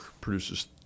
produces